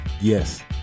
Yes